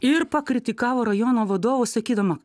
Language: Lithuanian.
ir pakritikavo rajono vadovus sakydama